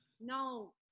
no